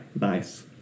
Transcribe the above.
nice